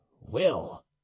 will